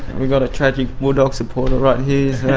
we've got a tragic bulldogs supporter right here,